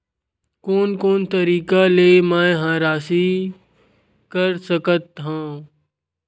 कोन कोन तरीका ले मै ह राशि कर सकथव?